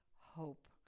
hope